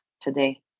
today